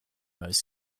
most